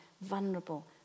vulnerable